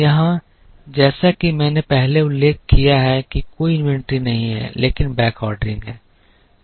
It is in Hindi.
यहाँ जैसा कि मैंने पहले उल्लेख किया है कि कोई इन्वेंट्री नहीं है लेकिन बैकऑर्डरिंग है